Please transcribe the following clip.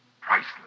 priceless